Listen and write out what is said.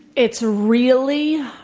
it's really,